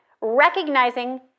recognizing